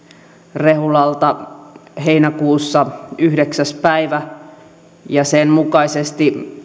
rehulalta heinäkuussa yhdeksäs päivä sen mukaisesti